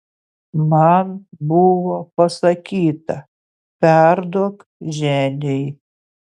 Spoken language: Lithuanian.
man buvo pasakyta perduok ženiai